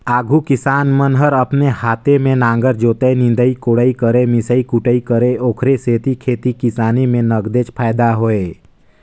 आघु किसान मन हर अपने हाते में नांगर जोतय, निंदई कोड़ई करयए मिसई कुटई करय ओखरे सेती खेती किसानी में नगदेच फायदा होय